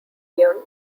young